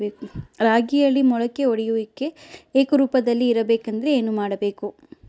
ರಾಗಿಯಲ್ಲಿ ಮೊಳಕೆ ಒಡೆಯುವಿಕೆ ಏಕರೂಪದಲ್ಲಿ ಇರಬೇಕೆಂದರೆ ಏನು ಮಾಡಬೇಕು?